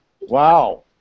Wow